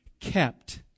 kept